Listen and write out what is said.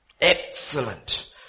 Excellent